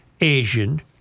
Asian